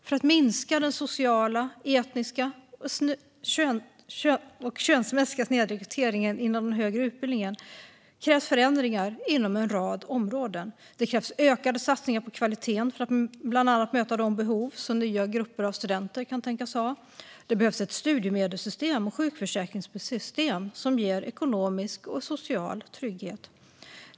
För att minska den sociala, etniska och könsmässiga snedrekryteringen inom högre utbildning krävs förändringar inom en rad områden. Det krävs utökade satsningar på kvaliteten för att bland annat möta de behov som nya grupper av studenter kan tänkas ha. Det behövs ett studiemedelssystem och sjukförsäkringssystem som ger ekonomisk och social trygghet.